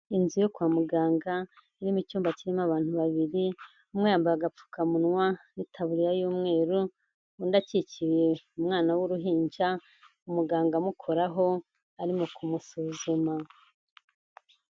Inzu yo kwa muganga, irimo icyumba kirimo abantu babiri, umwe yambaye agapfukamunwa n'itaburiya y'umweru, undi akikiye umwana w'uruhinja, umuganga amukoraho, arimo kumusuzuma.